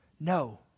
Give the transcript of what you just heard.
No